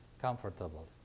comfortable